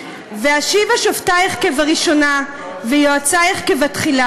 "ואשיבה שפטיך כבראשנה ויעצייך כבתחלה